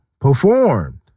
performed